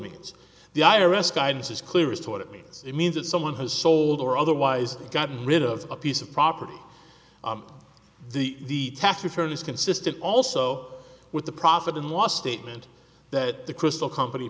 means the i r s guidance is clear as to what it means it means that someone has sold or otherwise gotten rid of a piece of property the tax return is consistent also with the profit and loss statement that the crystal company